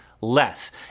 less